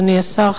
אדוני השר,